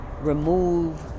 remove